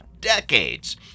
decades